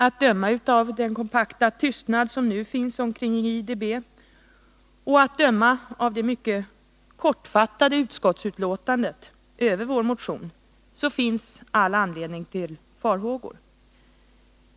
Att döma av den kompakta tystnad som nu finns om IDB och att döma av det mycket kortfattade utlåtandet över vår motion finns det all anledning till farhågor.